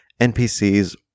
NPCs